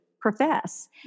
profess